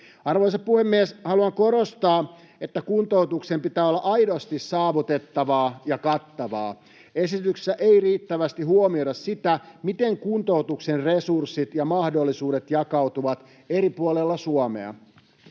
Arvoisa puhemies! Haluan korostaa, että kuntoutuksen pitää olla aidosti saavutettavaa ja kattavaa. Esityksessä ei riittävästi huomioida sitä, miten kuntoutuksen resurssit ja mahdollisuudet jakautuvat eri puolilla Suomea.